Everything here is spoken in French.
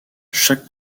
chaque